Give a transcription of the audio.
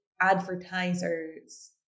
advertisers